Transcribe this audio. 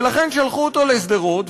ולכן שלחו אותו לשדרות,